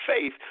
faith